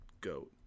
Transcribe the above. GOAT